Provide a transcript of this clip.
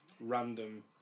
random